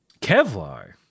Kevlar